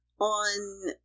on